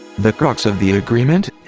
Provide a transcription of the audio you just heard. the crux of the agreement?